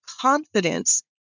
confidence